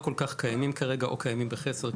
כל כך קיימים כרגע או קיימים בחסר,